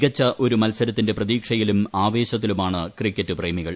മികച്ച ഒരു മൽസരത്തിന്റെ പ്രതീക്ഷയിലും ആവേശത്തിലുമാണ് ക്രിക്കറ്റ് പ്രേമികൾ